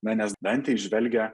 na nes dantė įžvelgia